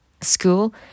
school